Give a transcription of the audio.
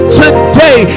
today